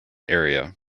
area